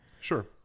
Sure